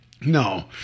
no